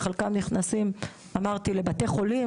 וחלקם נכנסים לבתי חולים,